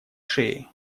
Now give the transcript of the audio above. шее